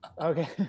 Okay